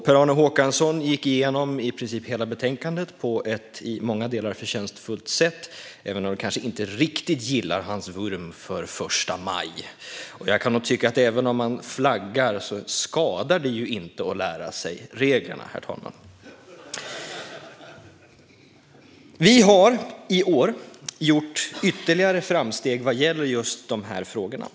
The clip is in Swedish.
Per-Arne Håkansson gick igenom i princip hela betänkandet på ett i många delar förtjänstfullt sätt, även om jag kanske inte riktigt gillar hans vurm för första maj. Även om man flaggar tycker jag inte att det skadar att lära sig reglerna. Vi har i år gjort ytterligare framsteg när det gäller just dessa frågor.